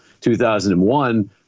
2001